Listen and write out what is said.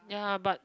ya but